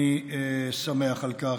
ואני שמח על כך.